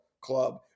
club